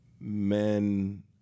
men